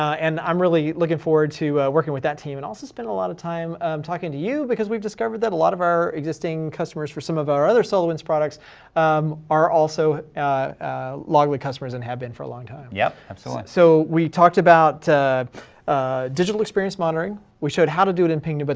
and i'm really looking forward to working with that team and also spending a lot of time talking to you, because we've discovered that a lot of our existing customers for some of our other solarwinds products are also loggly customers and have been for a long time. yup. so like so we talked about ah digital experience monitoring, we showed how to do it in pingdom, but